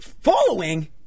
Following